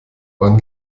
wann